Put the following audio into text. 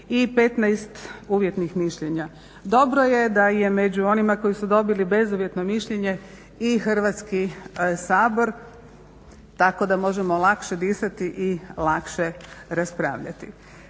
i 15 uvjetnih mišljenja. Dobro je da je među onima koji su dobili bezuvjetno mišljenje i Hrvatski sabor tako da možemo lakše disati i lakše raspravljati.